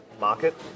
market